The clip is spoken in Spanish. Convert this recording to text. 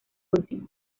ultimo